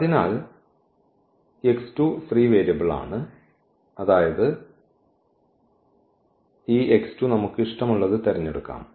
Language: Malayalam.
അതിനാൽ x 2 ഫ്രീ വേരിയബിൾ ആണ് അതായത് ഈ x 2 നമുക്ക് ഇഷ്ടമുള്ളത് തിരഞ്ഞെടുക്കാം